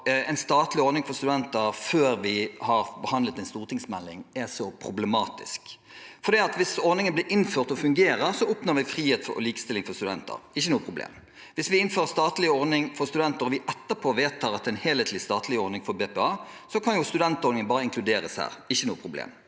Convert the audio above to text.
en statlig ordning for studenter før vi har behandlet en stortingsmelding, for hvis ordningen blir innført og fungerer, oppnår vi frihet og likestilling for studentene – ikke noe problem. Hvis vi innfører en statlig ordning for studenter og vi etterpå vedtar en helhetlig statlig ordning for BPA, kan jo studentordningen bare inkluderes her – ikke noe problem.